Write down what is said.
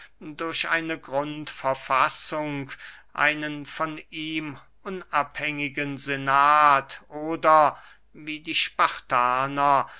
durch eine grundverfassung einen von ihm unabhängigen senat oder wie die spartaner